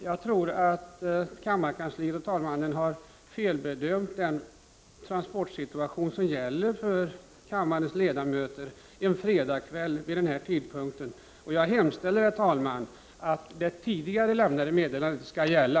Jag tror att kammarkansliet och talmannen har felbedömt den situation som gäller i fråga om transporter för kammarens ledamöter en fredagkväll vid denna tidpunkt. Jag hemställer, herr talman, att det tidigare lämnade meddelandet skall gälla.